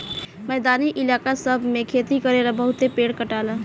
मैदानी इलाका सब मे खेती करेला बहुते पेड़ कटाला